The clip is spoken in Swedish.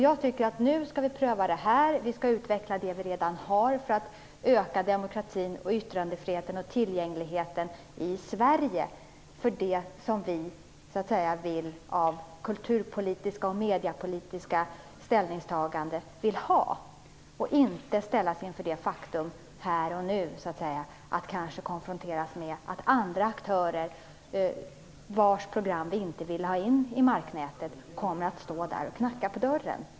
Jag tycker att vi nu skall pröva det här, och utveckla det vi redan har för att öka demokratin, yttrandefriheten och tillgängligheten i Sverige. Vi skall uppnå det vi vill ha med kulturpolitiska och mediepolitiska ställningstaganden. Vi skall inte ställas inför det faktum att vi här och nu konfronteras med andra aktörer, vars program vi inte vill ha in i marknätet, och som kommer att stå där och knacka på dörren.